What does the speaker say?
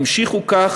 המשיכו כך,